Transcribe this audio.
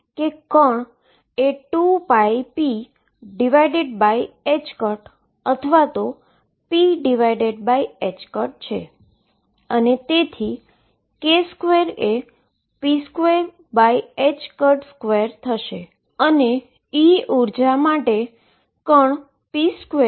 પરંતુ આપણને ફક્ત સમાધાનમાં જ રસ છે જે આ લીમીટમાં સાચું છે તેથી હું x2 પદ કરતા નાની હોય તેવી કોઈપણ શરતોને અવગણીશ